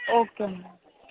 okay madam